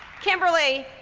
kimberly,